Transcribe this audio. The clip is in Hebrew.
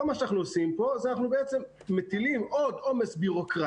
כל מה שאנחנו עושים פה זה שאנחנו מטילים עוד עומס ביורוקרטי,